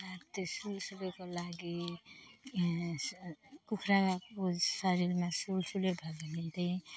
र त्यो सुलसुलेको लागि ए कुखुराको शरीरमा सुलसुले भयो भने त